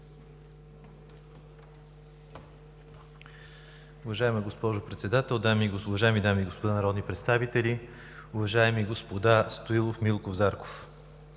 Уважаема госпожо Председател, уважаеми дами и господа народни представители, уважаеми господа Стоилов, Милков, Зарков!